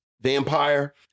vampire